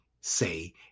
say